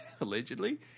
Allegedly